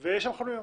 ויש שם חנויות.